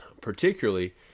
particularly